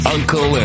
Uncle